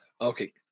Okay